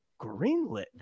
greenlit